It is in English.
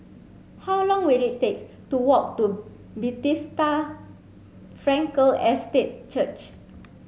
how long will it take to walk to Frankel Estate Church